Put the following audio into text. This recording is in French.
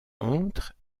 entre